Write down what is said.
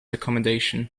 accommodation